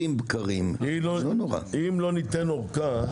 אם לא ניתן אורכה,